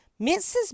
Mrs